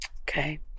okay